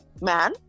man